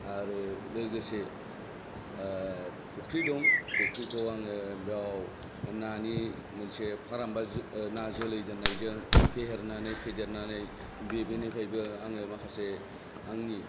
आरो लोगोसे फुख्रि दं फुख्रिखौ आङो बेयाव नानि मोनसे फार्म बा ना जोलै दोननायजों फेहेरनानै फेदेरनानै बे बेनिफ्रायबो आङो माखासे आंनि